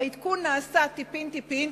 והעדכון נעשה טיפין-טיפין,